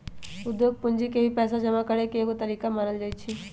उद्योग पूंजी के भी पैसा जमा करे के एगो तरीका मानल जाई छई